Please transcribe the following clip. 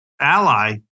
ally